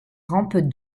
rampes